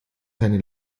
seine